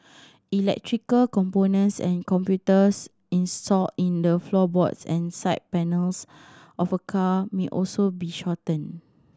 electrical components and computers installed in the floorboards and side panels of a car may also be shorten